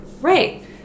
Right